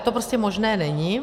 To prostě možné není.